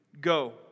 Go